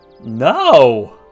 No